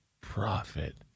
profit